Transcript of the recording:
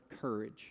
courage